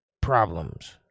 problems